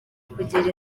kugira